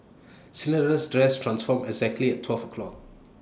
Cinderella's dress transformed exactly at twelve o' clock